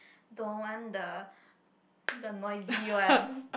don't want the the noisy one